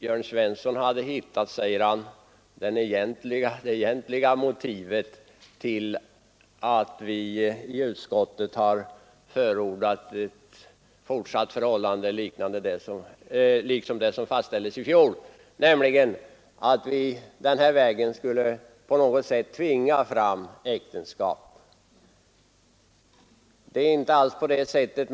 Jörn Svensson hade hittat, sade han, det egentliga motivet till att vi i utskottet har förordat att den ordning som fastställdes i fjol skall fortsätta att gälla, nämligen att vi den vägen skulle på något sätt tvinga fram äktenskap. Det är inte alls på det sättet.